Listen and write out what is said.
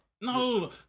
No